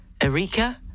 Erika